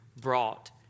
brought